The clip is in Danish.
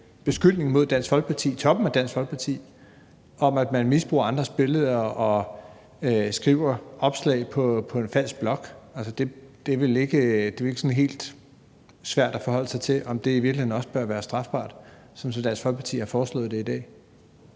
beskyldning mod toppen af Dansk Folkeparti om, at man misbruger andres billeder og skriver opslag på en falsk blog. Det er vel ikke sådan helt svært at forholde sig til, om det i virkeligheden også bør være strafbart, sådan som Dansk Folkeparti har foreslået det i dag.